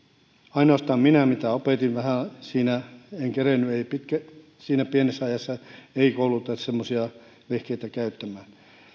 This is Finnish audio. ainoastaan mitä minä opetin vähän siinä en kerennyt siinä pienessä ajassa ei kouluta semmoisia vehkeitä käyttämään